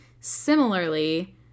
similarly